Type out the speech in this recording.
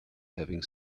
having